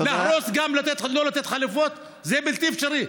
להרוס וגם לא לתת חלופות זה בלתי אפשרי.